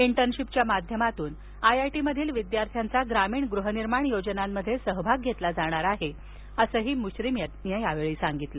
इंटरर्नशीपच्या माध्यमातून आयआयटीमधील विद्यार्थ्यांचा ग्रामीण गृहनिर्माण योजनांमध्ये सहभाग घेतला जाणार आहे असही मश्रीफ यांनी सांगितले